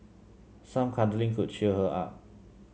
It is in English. some cuddling could cheer her up